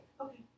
Okay